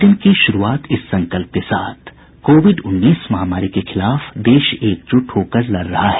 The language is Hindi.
बुलेटिन की शुरूआत इस संकल्प के साथ कोविड उन्नीस महामारी के खिलाफ देश एकजुट होकर लड़ रहा है